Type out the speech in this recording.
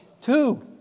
two